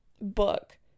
book